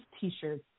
T-shirts